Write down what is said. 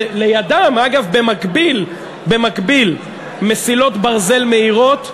ובמקביל מסילות ברזל מהירות,